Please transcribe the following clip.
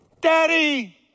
Daddy